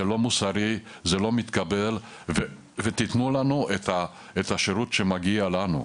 מוסרי, זה לא מתקבל ותנו לנו את השירות שמגיע לנו.